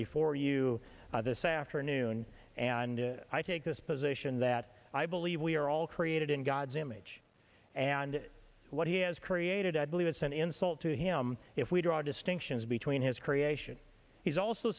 before you this afternoon and i take this position that i believe we are all created in god's image and what he has created i believe it's an insult to him if we draw distinctions between his creation he's also